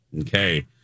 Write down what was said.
Okay